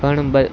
પણ બધ